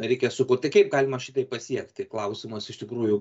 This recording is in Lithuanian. reikia sukurt tai kaip galima šitai pasiekti klausimas iš tikrųjų